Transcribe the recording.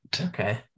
Okay